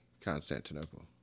Constantinople